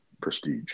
prestige